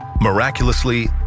Miraculously